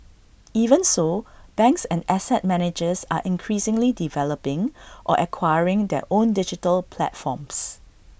even so banks and asset managers are increasingly developing or acquiring their own digital platforms